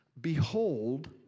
behold